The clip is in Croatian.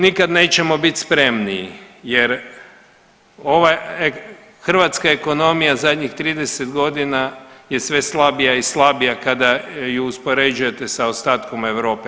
Nikad nećemo biti spremniji jer ova hrvatska ekonomija zadnjih 30 godina je sve slabija i slabija kada ju uspoređujete s ostatkom Europe.